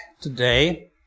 today